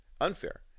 unfair